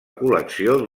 col·lecció